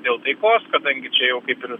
dėl taikos kadangi čia jau kaip ir